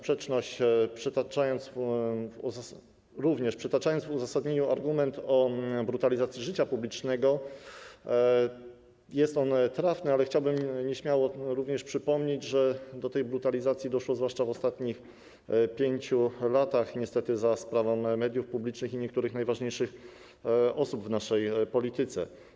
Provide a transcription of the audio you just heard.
Przytaczany, również w uzasadnieniu, argument o brutalizacji życia publicznego jest trafny, ale chciałbym nieśmiało przypomnieć, że do tej brutalizacji doszło zwłaszcza w ostatnich 5 latach za sprawą mediów publicznych i niektórych najważniejszych osób w naszej polityce.